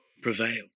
prevail